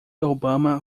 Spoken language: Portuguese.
obama